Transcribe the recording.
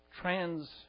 trans